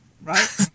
right